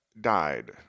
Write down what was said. died